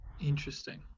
Interesting